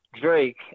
drake